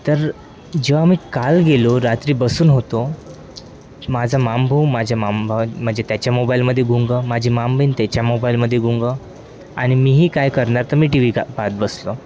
तर जेव्हा मी काल गेलो रात्री बसून होतो माझा मामेभाऊ माझ्या मामभा म्हणजे त्याच्या मोबाईलमध्ये गुंग माझी मामेबहीण त्याच्या मोबाईलमध्ये गुंग आणि मीही काय करणार तर मी टी व्ही का पाहत बसलो